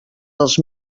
dels